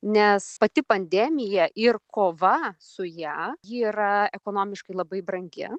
nes pati pandemija ir kova su ja ji yra ekonomiškai labai brangi